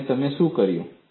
અને તમે શું કર્યું છે